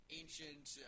ancient